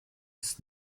ist